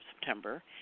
September